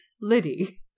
liddy